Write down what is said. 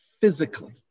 physically